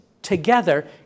together